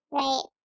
right